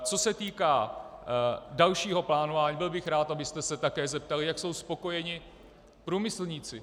Co se týká dalšího plánování, byl bych rád, abyste se také zeptali, jak jsou spokojeni průmyslníci.